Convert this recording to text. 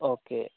okay